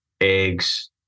eggs